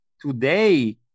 today